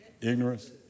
Ignorance